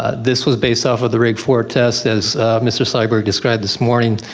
ah this was based off of the rig four test. as mr. syberg described this morning,